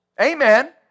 Amen